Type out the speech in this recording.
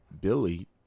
Billy